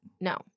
No